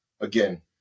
again